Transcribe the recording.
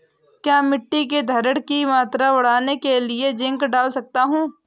क्या मिट्टी की धरण की मात्रा बढ़ाने के लिए जिंक डाल सकता हूँ?